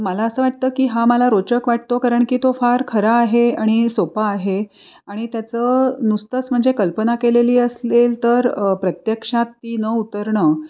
मला असं वाटतं की हा मला रोचक वाटतो कारण की तो फार खरा आहे आणि सोपा आहे आणि त्याचं नुसतंच म्हणजे कल्पना केलेली असेल तर प्रत्यक्षात ती न उतरणं